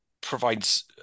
provides